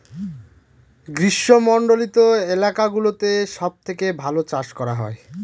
গ্রীষ্মমন্ডলীত এলাকা গুলোতে সব থেকে ভালো চাষ করা হয়